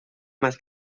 más